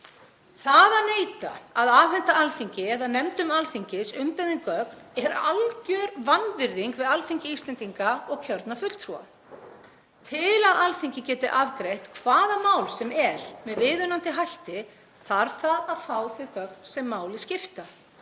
Það að neita að afhenda Alþingi eða nefndum Alþingis umbeðin gögn er alger vanvirðing við Alþingi Íslendinga og kjörna fulltrúa. Til að Alþingi geti afgreitt hvaða mál sem er með viðunandi hætti þarf það að fá þau gögn sem máli skipta.